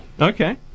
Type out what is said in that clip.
Okay